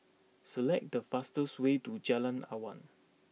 select the fastest way to Jalan Awan